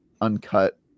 uncut